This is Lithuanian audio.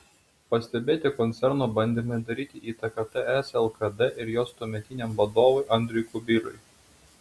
pastebėti koncerno bandymai daryti įtaką ts lkd ir jos tuometiniam vadovui andriui kubiliui